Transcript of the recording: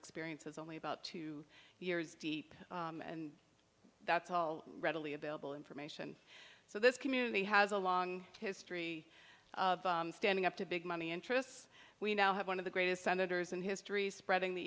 experience is only about two years deep and that's all readily available information so this community has a long history of standing up to big money interests we now have one of the greatest senators in history spreading the